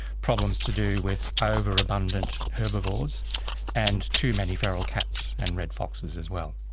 problems to do with overabundant herbivores and too many feral cats, and red foxes as well.